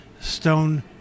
stone